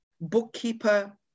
bookkeeper